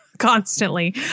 Constantly